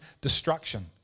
destruction